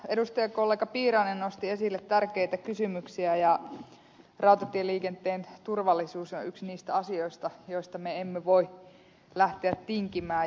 edustajakollega piirainen nosti esille tärkeitä kysymyksiä ja rautatieliikenteen turvallisuus on yksi niistä asioista joista me emme voi lähteä tinkimään